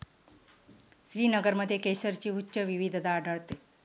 श्रीनगरमध्ये केशरची उच्च विविधता आढळते